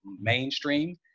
mainstream